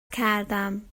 کردم